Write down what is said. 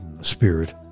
spirit